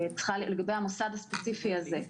לגבי המוסד הספציפי הזה,